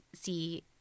see